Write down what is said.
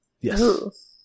Yes